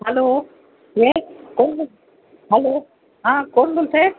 hello yes कोण बोलतं आहे हॅलो हां कोण बोलतं आहे